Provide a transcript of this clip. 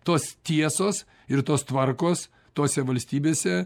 tos tiesos ir tos tvarkos tose valstybėse